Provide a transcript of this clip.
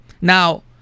Now